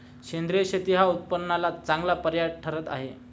सेंद्रिय शेती हा उत्पन्नाला चांगला पर्याय ठरत आहे